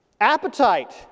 appetite